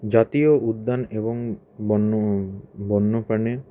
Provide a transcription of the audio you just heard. জাতীয় উদ্যান এবং বন্য বন্য প্রাণীর